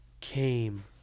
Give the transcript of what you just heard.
came